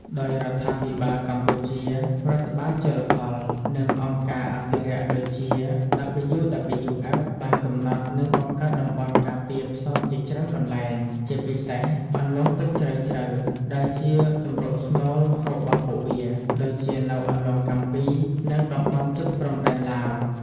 ដោយរដ្ឋាភិបាលកម្ពុជា រដ្ឋបាលជលផល និងអង្គការអភិរក្ស (ដូចជា WWF) បានកំណត់ និងបង្កើតតំបន់ការពារផ្សោតជាច្រើនកន្លែង ជាពិសេសអន្លង់ទឹកជ្រៅៗដែលជាជម្រកស្នូលរបស់ពួកវា ដូចជានៅអន្លង់កាំពី និងតំបន់ជិតព្រំដែនឡាវ។